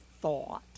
thought